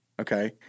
Okay